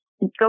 Go